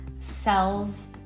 cells